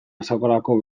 azokarako